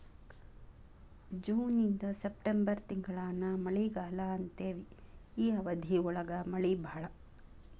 June ಇಂದ September ತಿಂಗಳಾನ ಮಳಿಗಾಲಾ ಅಂತೆವಿ ಈ ಅವಧಿ ಒಳಗ ಮಳಿ ಬಾಳ